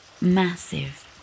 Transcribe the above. massive